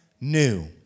new